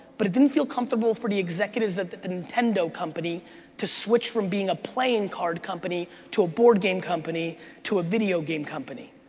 but it didn't feel comfortable for the executives at the nintendo company to switch from being a playing card company to a board game company to a video game company.